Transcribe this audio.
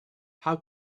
how